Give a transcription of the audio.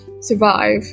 survive